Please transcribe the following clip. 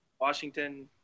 Washington